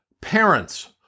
Parents